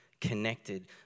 connected